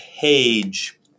page